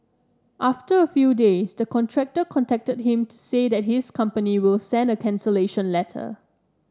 after a few days the contractor contacted him to say that his company will send a cancellation letter